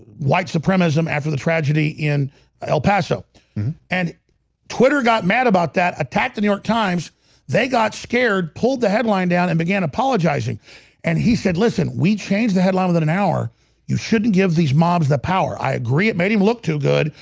white supremacism after the tragedy in el paso and twitter got mad about that attack the new york times they got scared pulled the headline down and began apologizing and he said listen we changed the headline of than an hour you shouldn't give these mobs the power. i agree. it made him look too good.